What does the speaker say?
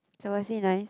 so was he nice